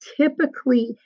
typically